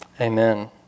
Amen